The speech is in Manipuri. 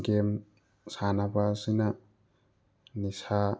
ꯒꯦꯝ ꯁꯥꯟꯅꯕ ꯑꯁꯤꯅ ꯅꯤꯁꯥ